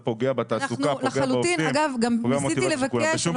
לחלוטין, אחד